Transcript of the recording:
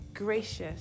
gracious